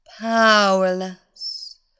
powerless